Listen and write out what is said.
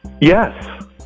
yes